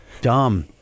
Dumb